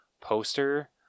poster